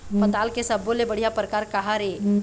पताल के सब्बो ले बढ़िया परकार काहर ए?